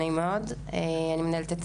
נעים מאוד, אני מנהלת את